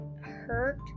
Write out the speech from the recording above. hurt